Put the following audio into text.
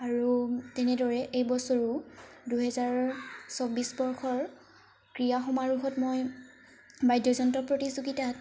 আৰু তেনেদৰে এইবছৰো দুহেজাৰ চৌব্বিছ বৰ্ষৰ ক্ৰীয়া সমাৰোহত মই বাদ্যযন্ত্ৰ প্ৰতিযোগীতাত